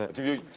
do you